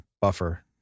buffer